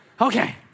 okay